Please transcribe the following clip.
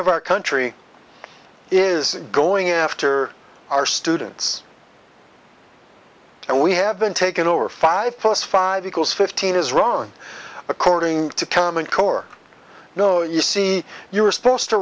of our country is going after our students and we have been taken over five plus five equals fifteen is wrong according to common core no you see you are supposed to